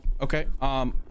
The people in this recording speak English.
Okay